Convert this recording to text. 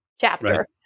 chapter